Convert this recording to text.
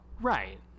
Right